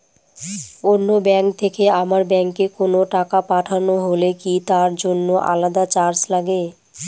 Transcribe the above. অন্য ব্যাংক থেকে আমার ব্যাংকে কোনো টাকা পাঠানো হলে কি তার জন্য আলাদা চার্জ লাগে?